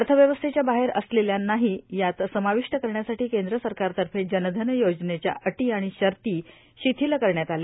अर्थव्यवस्थेच्या बाहेर असलेल्यांनाही यात समाविष्ट करण्यासाठी केंद्र सरकारतर्फे जनधन योजनेच्या अटी आणि शर्ती शिथिल करण्यात आल्या